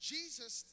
Jesus